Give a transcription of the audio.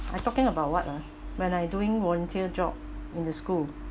I talking about what ah when I doing volunteer job in the school